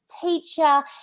teacher